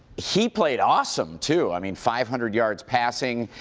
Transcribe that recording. he played awesome, too. i mean five hundred yards passing.